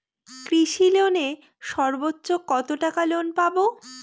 কৃষি লোনে সর্বোচ্চ কত টাকা লোন পাবো?